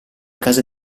casa